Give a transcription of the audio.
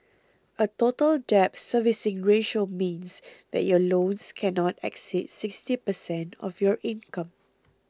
a Total Debt Servicing Ratio means that your loans cannot exceed sixty percent of your income